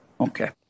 Okay